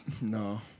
No